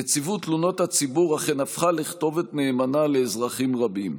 נציבות תלונות הציבור אכן הפכה לכתובת נאמנה לאזרחים רבים.